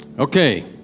Okay